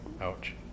Ouch